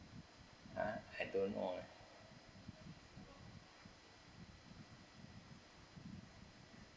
ah I don't know leh